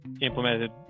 implemented